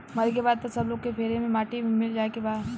मरे के बाद त सब लोग के फेर से माटी मे मिल जाए के बा